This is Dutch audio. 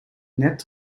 net